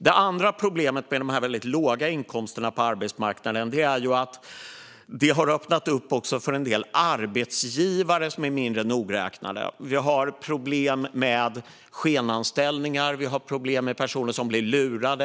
Ett annat problem med de låga inkomsterna på arbetsmarknaden är att vi har öppnat för en del mindre nogräknade arbetsgivare. Det finns problem med skenanställningar och med personer som blir lurade.